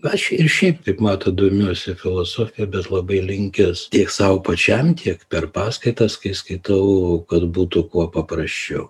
aš ir šiaip taip matot domiuosi filosofija bet labai linkęs tiek sau pačiam tiek per paskaitas kai skaitau kad būtų kuo paprasčiau